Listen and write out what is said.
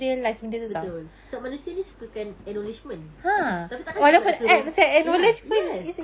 betul sebab manusia ni sukakan acknowledgement tapi takkan kita nak suruh ya yes